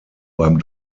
beim